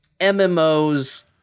MMOs